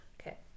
Okay